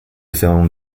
film